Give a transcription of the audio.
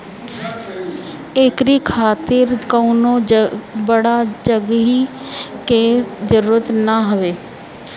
एकरी खातिर कवनो बड़ जगही के जरुरत ना हवे